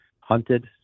hunted